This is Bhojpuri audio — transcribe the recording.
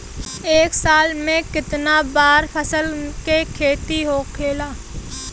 एक साल में कितना बार फसल के खेती होखेला?